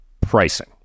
pricing